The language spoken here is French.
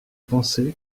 penser